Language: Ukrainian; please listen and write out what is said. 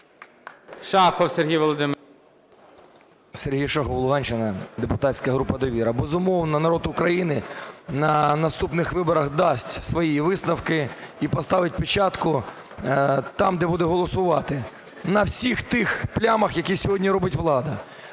Сергій Шахов, Луганщина, депутатська група "Довіра". Безумовно, народ України на наступних виборах дасть свої висновки і поставить печатку там, де буде голосувати, на всіх тих "плямах", які сьогодні робить влада.